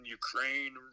ukraine